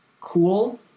cool